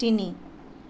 তিনি